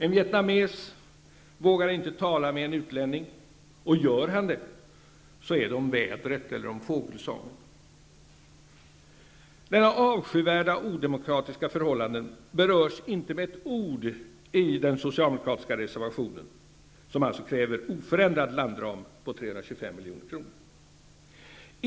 En vietnames vågar inte tala med en utlänning, och gör han det så är det om vädret eller om fågelsång. Dessa avskyvärda odemokratiska förhållanden berörs inte med ett ord i den socialdemokratiska reservationen, som alltså kräver oförändrad landram på 325 milj.kr.